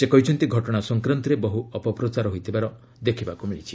ସେ କହିଛନ୍ତି ଘଟଣା ସଂକ୍ରାନ୍ତରେ ବହୁ ଅପପ୍ରଚାର ହୋଇଥିବାର ଦେଖିବାକୁ ମିଳିଛି